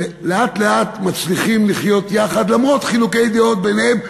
שלאט-לאט מצליחים לחיות יחד למרות חילוקי הדעות ביניהם,